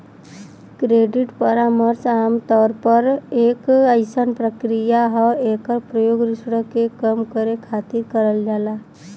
credit परामर्श आमतौर पर एक अइसन प्रक्रिया हौ एकर प्रयोग ऋण के कम करे खातिर करल जाला